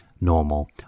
normal